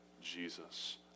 Jesus